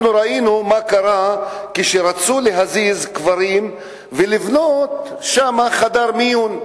אנחנו ראינו מה קרה כשרצו להזיז קברים ולבנות חדר מיון,